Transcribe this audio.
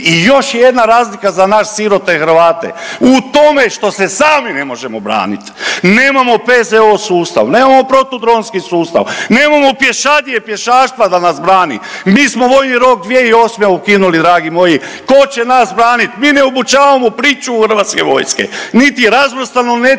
i još jedna razlika za naše sirote Hrvate, u tome što se sami ne možemo branit, nemamo PZO sustav, nemamo protudronski sustav, nemamo pješadije i pješaštva da nas brani, mi smo vojni rok 2008. ukinuli dragi moji, ko će nas branit, mi ne obučavamo pričuvu HV-a, niti razvrstano…/Govornik